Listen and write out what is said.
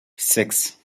six